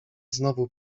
znowu